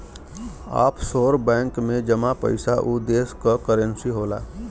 offshore bank में जमा पइसा उ देश क करेंसी होला